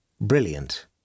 brilliant